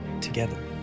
together